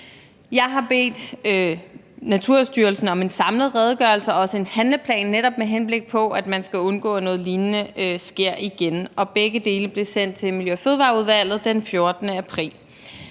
Jeg har bedt Naturstyrelsen om en samlet redegørelse og også en handleplan, netop med henblik på at man skal undgå, at noget lignende sker igen, og begge dele blev sendt til Miljø- og Fødevareudvalget den 14. april.